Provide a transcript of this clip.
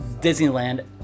Disneyland